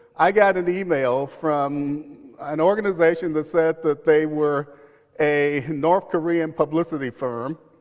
i got an email from an organization that said that they were a north korean publicity firm,